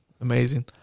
amazing